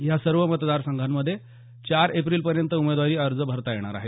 या सर्व मतदार संघांमध्ये चार एप्रिलपर्यंत उमेदवारी अर्ज भरता येणार आहेत